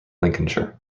lincolnshire